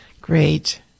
Great